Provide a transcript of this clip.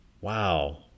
wow